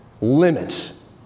limits